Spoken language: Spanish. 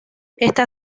está